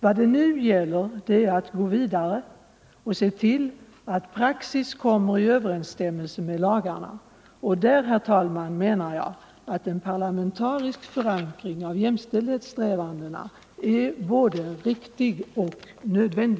Vad det nu gäller är att gå vidare och se till att praxis kommer i överensstämmelse med lagarna. Där, herr talman, menar jag att en parlamentarisk förankring av jämställdhetssträvandena är riktig och nödvändig.